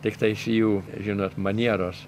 tiktais jų žinot manieros